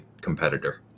competitor